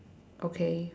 okay